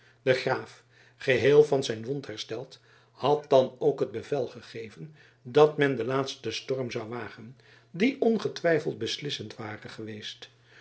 de graaf geheel van zijn wond hersteld had dan ook het bevel gegeven dat men den laatsten storm zou wagen die ongetwijfeld beslissend ware geweest